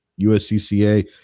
USCCA